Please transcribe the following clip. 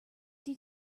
did